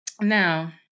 Now